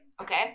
okay